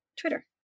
Twitter